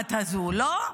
הטבעת הזו, לא?